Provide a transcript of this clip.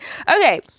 okay